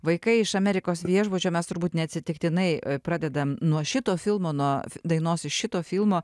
vaikai iš amerikos viešbučio mes turbūt neatsitiktinai pradedam nuo šito filmo nuo dainos iš šito filmo